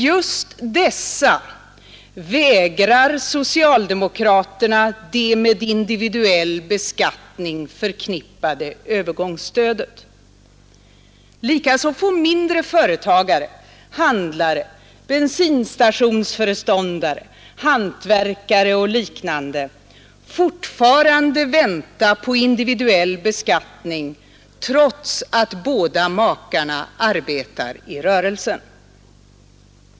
Just dessa vägrar socialdemokraterna det med individuell beskattning förknippade övergångsstödet. Likaså får mindre företagare, handlare, bensinstationsinnehavare, hantverkare och liknande fortfarande vänta på individuell beskattning, trots att båda makarna arbetar i rörelsen.